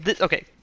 okay